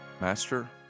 master